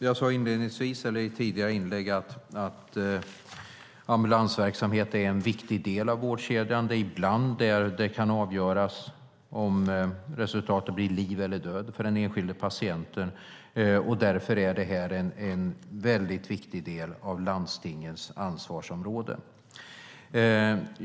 Fru talman! Jag sade i ett tidigare inlägg att ambulansverksamheten är en viktig del av vårdkedjan. Det är där det ibland kan avgöras om resultatet blir liv eller död för den enskilde patienten. Därför är den en mycket viktig del av landstingens ansvarsområde.